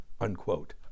unquote